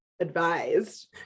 advised